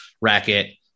racket